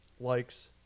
likes